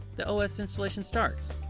the os installation starts.